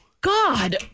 God